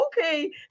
okay